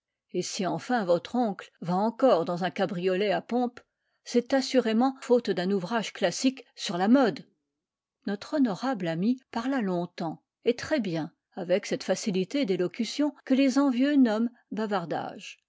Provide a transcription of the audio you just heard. et si enfin votre oncle va encore dans un cabriolet à pompe c'est assurément faute d'un ouvrage classique sur la mode notre honorable ami parla longtemps et très bien avec cette facilité d'élocution que les envieux nomment bavardage